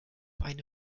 eine